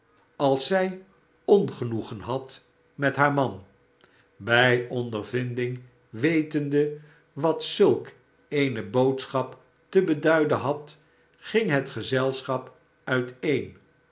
als zij ongenoegen had met haar man bij ondervinding wetende wat zulk eene boodschap te beduiden had ging het gezelschap uiteen